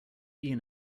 ian